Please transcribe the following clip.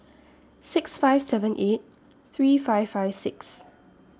six five seven eight three five five six